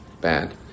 bad